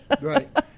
Right